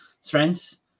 strengths